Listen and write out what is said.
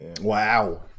Wow